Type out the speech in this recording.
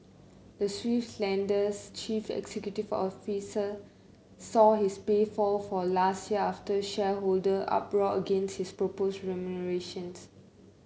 the Swiss lender's chief executive officer saw his pay fall for last year after shareholder uproar against his proposed remunerations